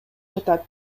жатат